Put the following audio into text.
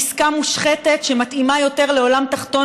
עסקה מושחתת שמתאימה יותר לעולם תחתון